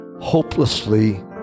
Hopelessly